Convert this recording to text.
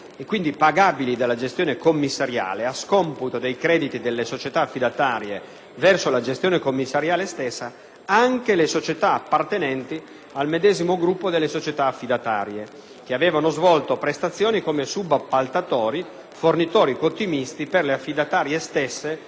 quindi pagabili dalla gestione commissariale a scomputo dei crediti delle società affidatarie verso la gestione commissariale stessa, anche le società appartenenti al medesimo gruppo delle società affidatarie che avevano svolto prestazioni come subappaltatori, fornitori o cottimisti per le affidatarie stesse